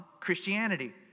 Christianity